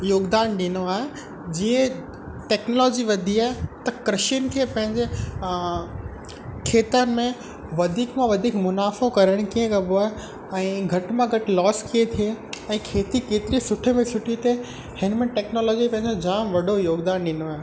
योगदान ॾिनो आहे जीअं टेक्नोलॉजी वधी आहे त कृषियुनि खे पंहिंजे खेतनि में वधीक मां वधीक मुनाफ़ो करण कीअं कबो आहे ऐं घटि मां घटि लॉस कीअं थिए ऐं खेती केतिरे सुठे में सुठी हिते हिन में टेक्नोलॉजी पंहिंजो जाम वॾो योगदान ॾिनो आहे